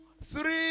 three